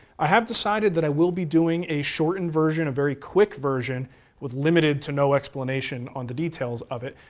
i have decided that i will be doing a shortened version, a very quick version with limited to no explanation on the details of it,